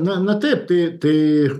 na na taip tai tai